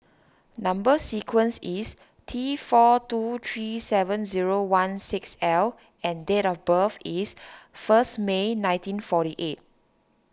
Number Sequence is T four two three seven zero one six L and date of birth is first May nineteen forty eight